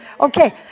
Okay